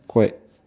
quite